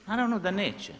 Naravno da neće.